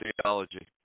theology